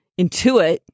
intuit